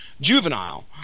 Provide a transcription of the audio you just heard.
juvenile